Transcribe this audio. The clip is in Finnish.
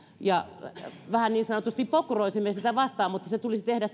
ja vähän niin sanotusti pokkuroisimme sitä vastaan mutta se tulisi tehdä